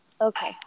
okay